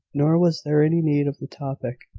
nor was there any need of the topic.